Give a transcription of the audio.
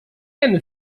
eine